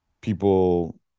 people